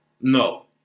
No